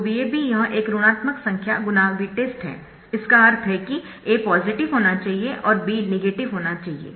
तो VAB यह एक ऋणात्मक संख्या × Vtest है इसका अर्थ है कि A पॉजिटिव होना चाहिए और B नेगेटिव होना चाहिए